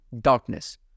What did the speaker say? darkness